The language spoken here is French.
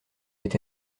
été